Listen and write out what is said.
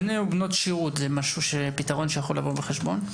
בני ובנות שירות זה משהו שיכול לבוא בחשבון?